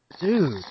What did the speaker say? dude